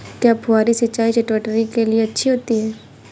क्या फुहारी सिंचाई चटवटरी के लिए अच्छी होती है?